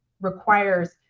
requires